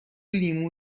لیمو